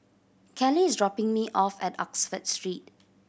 Kelly is dropping me off at Oxford Street